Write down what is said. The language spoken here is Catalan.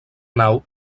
nau